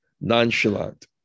nonchalant